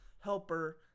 helper